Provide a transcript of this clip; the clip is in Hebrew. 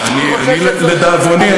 לדאבוני,